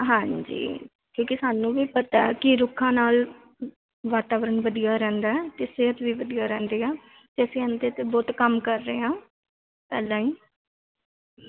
ਹਾਂਜੀ ਕਿਉਂਕਿ ਸਾਨੂੰ ਵੀ ਪਤਾ ਕੀ ਰੁੱਖਾਂ ਨਾਲ ਵਾਤਾਵਰਨ ਵਧੀਆ ਰਹਿੰਦਾ ਅਤੇ ਸਿਹਤ ਵੀ ਵਧੀਆ ਰਹਿੰਦੀ ਆ ਅਤੇ ਅਸੀਂ ਇਹਦੇ 'ਤੇ ਬਹੁਤ ਕੰਮ ਕਰ ਰਹੇ ਹਾਂ